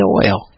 oil